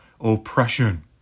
oppression